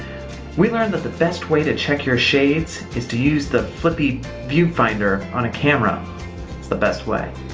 we learned that the best way to check your shades is to use the flippy view-finder on a camera. it's the best way.